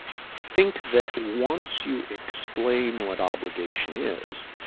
think that once you explain what obligation is,